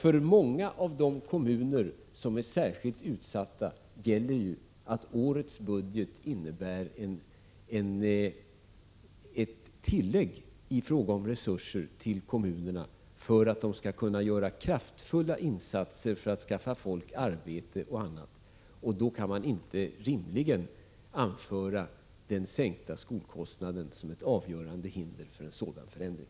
För många av de kommuner som är särskilt utsatta innebär årets budget ett tillägg i fråga om resurser, för att de skall kunna göra kraftfulla insatser då det gäller att skaffa folk arbete och annat. Då kan man rimligen inte anföra den sänkta skolkostnaden som ett avgörande hinder för en sådan förändring.